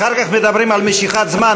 אחר כך מדברים על משיכת זמן.